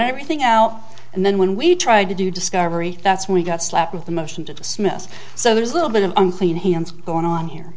everything out and then when we tried to do discovery that's when we got slapped with a motion to dismiss so there's a little bit of unclean hands going on here